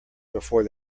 before